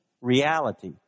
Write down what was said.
reality